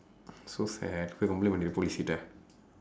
so sad போய்:pooi complain பண்ணிடு:pannidu policekittae